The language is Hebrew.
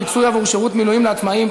פיצוי עבור שירות מילואים לעצמאים),